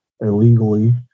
illegally